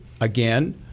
again